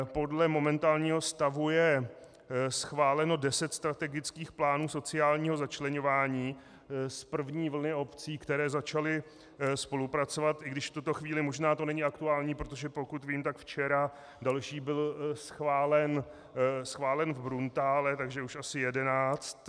Podle momentálního stavu je schváleno deset strategických plánů sociálního začleňování z první vlny obcí, které začaly spolupracovat, i když v tuto chvíli možná to není aktuální, protože pokud vím, tak včera další byl schválen v Bruntále, takže už asi jedenáct.